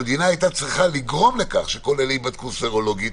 המדינה הייתה צריכה לגרום לכך שכל אלה ייבדקו סרולוגית,